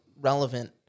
relevant